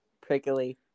prickly